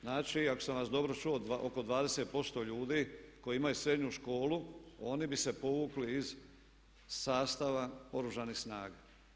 Znači ako sam vas dobro čuo oko 20% ljudi koji imaju srednju školu oni bi se povukli iz sastava Oružanih snaga.